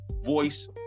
voice